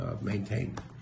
maintained